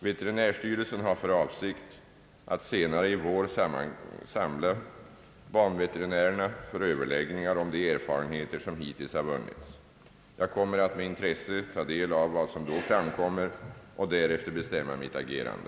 Veterinärstyrelsen har för avsikt att senare i vår samla banveterinärerna för överläggningar om de erfarenheter som hittills har vunnits. Jag kommer att med intresse ta del av vad som då framkommer och därefter bestämma mitt agerande.